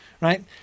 right